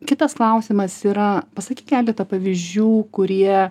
kitas klausimas yra pasakyk keleta pavyzdžių kurie